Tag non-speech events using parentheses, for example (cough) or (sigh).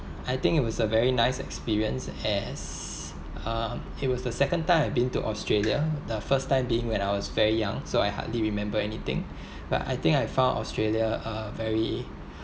I think it was a very nice experience as um it was the second time I've been to australia the first time being when I was very young so I hardly remember anything (breath) but I think I found australia uh very